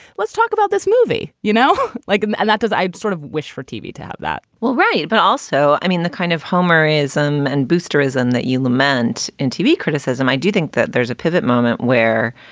let's talk about this movie. you know, like and that. does i sort of wish for tv to have that? well, right but also, i mean, the kind of homerism and boosterism that you lament in tv criticism, i do think that there's a pivot moment where,